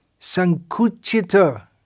sankuchita